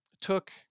took